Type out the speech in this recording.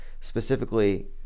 specifically